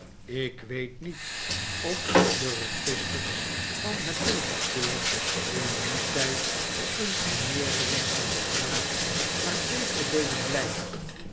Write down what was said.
ik weet niet of de registers van het tolkantoor in dien tijd een vermeerdering van de vraag naar peper deden blijken